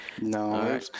no